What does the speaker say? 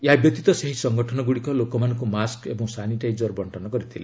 ଏହାବ୍ୟତୀତ ସେହି ସଙ୍ଗଠନଗୁଡ଼ିକ ଲୋକମାନଙ୍କୁ ମାସ୍କ ଏବଂ ସାନିଟାଇଜର୍ ବଣ୍ଟନ କରିଥିଲେ